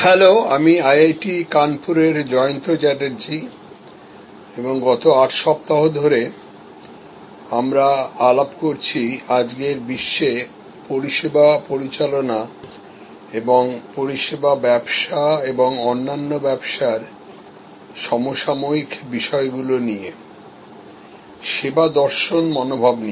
hello আমি IIT কানপুরের জয়ন্ত চ্যাটার্জী এবং গত আটসপ্তাহ ধরে আমরা আলাপ করছি আজকের বিশ্বে পরিষেবা পরিচালনা এবং পরিষেবা ব্যবসা এবং অন্যান্য ব্যবসারসমসাময়িক বিষয়গুলো নিয়ে সেবা দর্শন মনোভাব নিয়ে